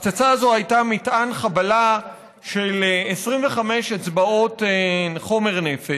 הפצצה הזאת הייתה מטען חבלה של 25 אצבעות חומר נפץ,